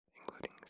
including